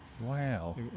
Wow